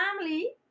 family